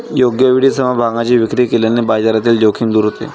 योग्य वेळी समभागांची विक्री केल्याने बाजारातील जोखीम दूर होते